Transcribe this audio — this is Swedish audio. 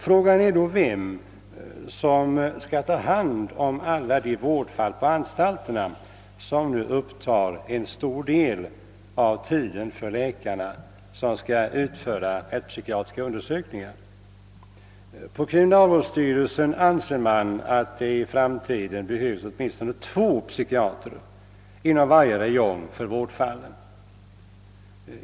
Frågan är då vem som skall ta hand om alla de vårdfall på anstalterna sam nu upptar en så stor del av tiden för de läkare som skall utföra rättspsykiatriska undersökningar. På kriminalvårdsstyrelsen anser man att det i framtiden behövs åtminstone två psykiatrer inom varje räjong för vårdfallen.